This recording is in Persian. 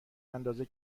اندازه